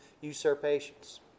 usurpations